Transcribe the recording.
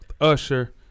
Usher